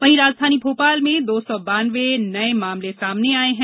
वहीं राजधानी भोपाल में दो सौ बान्नवे नये मामले सामने आये हैं